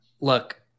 Look